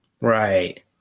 right